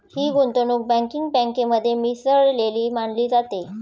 ही गुंतवणूक बँकिंग बँकेमध्ये मिसळलेली मानली जाते